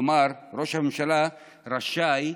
כלומר, ראש הממשלה רשאי,